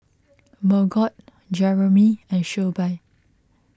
Margot Jeramie and Shelbie